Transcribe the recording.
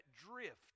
drift